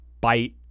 bite